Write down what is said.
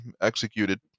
executed